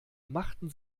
machten